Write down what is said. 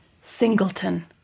singleton